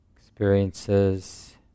experiences